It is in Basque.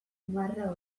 marra